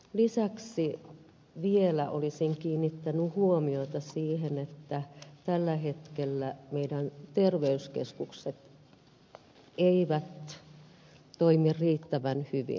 lisäksi vielä olisin kiinnittänyt huomiota siihen että tällä hetkellä terveyskeskukset eivät toimi riittävän hyvin